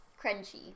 Crunchy